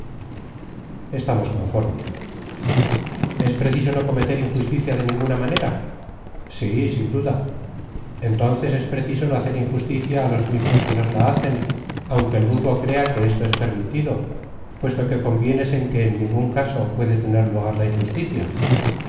adrid ó s preciso no cometer injusticia de ninguna manera critojí sí sin duda entonces es preciso no hacer injusticia á los mismos que nos la hacen aunque el vulgo crea que esto es permitido puesto que convienes en que en ningún caso puede tener lugar la injusticia